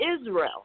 Israel